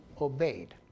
obeyed